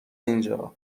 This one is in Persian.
اینجا